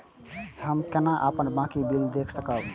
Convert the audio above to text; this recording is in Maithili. हम केना अपन बाँकी बिल देख सकब?